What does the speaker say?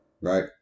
right